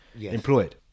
employed